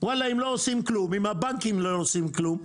אם לא עושים כלום, אם הבנקים לא עושים כלום.